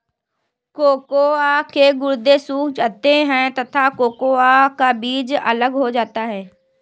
cocoa के गुदे सूख जाते हैं तथा कोकोआ का बीज अलग हो जाता है